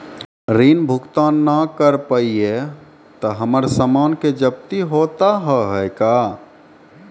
ऋण भुगतान ना करऽ पहिए तह हमर समान के जब्ती होता हाव हई का?